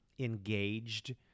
engaged